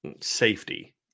safety